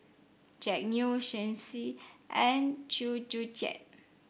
Jack Neo Shen Xi and Chew Joo Chiat